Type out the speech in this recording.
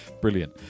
Brilliant